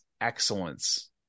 excellence